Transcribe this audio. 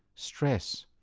stress.